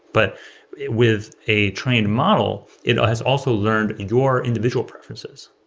but with a trained model, it has also learned your individual preferences.